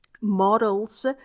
models